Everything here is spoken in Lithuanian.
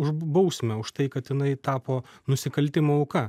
už bausmę už tai kad jinai tapo nusikaltimo auka